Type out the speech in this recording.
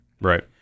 Right